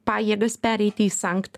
pajėgas pereiti į sankt